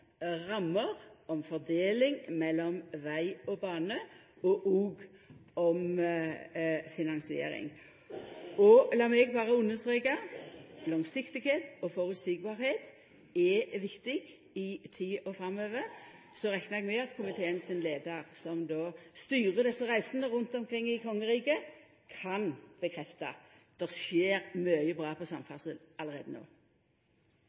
rammer, om fordeling mellom veg og bane og om finansiering. Lat meg berre understreka: Langsiktigheit og føreseielegheit er viktig i tida framover. Så reknar eg med at komiteen sin leiar, som styrer desse reisene rundt omkring i kongeriket, kan bekrefta at det skjer mykje bra på